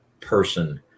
person